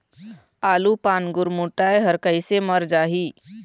आलू पान गुरमुटाए हर कइसे मर जाही?